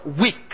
weak